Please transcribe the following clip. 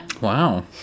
Wow